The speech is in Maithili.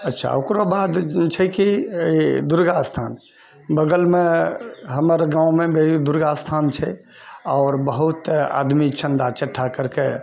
अच्छा ओकरा बाद छै कि ई दुर्गा स्थान बगलमे हमर गाँवमे दुर्गा स्थान छै आओर बहुत आदमी चन्दा इक्कठ्ठा करिके